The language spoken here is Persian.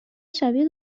شبیه